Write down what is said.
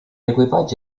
equipaggi